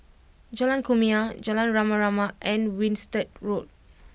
Jalan Kumia Jalan Rama Rama and Winstedt Road